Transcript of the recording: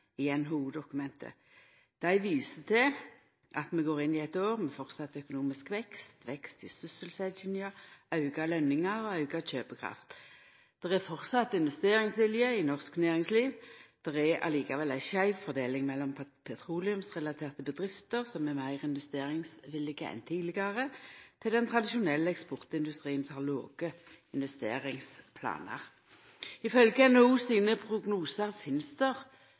i NHO-dokumentet. Dei viser til at vi går inn i eit år der vi framleis vil ha økonomisk vekst – vekst i sysselsetjinga, auka lønningar og auka kjøpekraft. Det er framleis investeringsvilje i norsk næringsliv. Det er likevel ei skeiv fordeling mellom petroleumsrelaterte bedrifter, som er meir investeringsvillige enn tidlegare, og den tradisjonelle eksportindustrien, som har låge investeringsplanar. Ifølgje NHOs prognosar finst